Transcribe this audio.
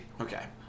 Okay